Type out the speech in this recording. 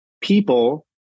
people